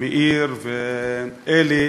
מאיר ואלי,